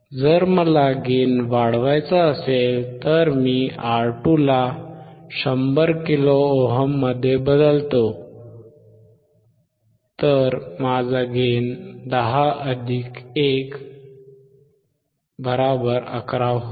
जर मला गेन वाढवायचा असेल तर मी R2ला 100 किलो ओममध्ये बदलतो तर माझा गेन 10 अधिक 1 किंवा 11 होईल